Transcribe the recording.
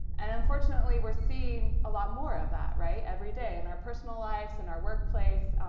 and unfortunately we're seeing a lot more of that. right? every day. in our personal lives, in our workplace.